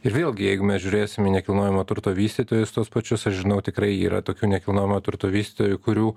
ir vėlgi jeigu mes žiūrėsim į nekilnojamo turto vystytojus tuos pačius aš žinau tikrai yra tokių nekilnojamo turto vystytojų kurių